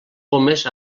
pomes